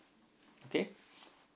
okay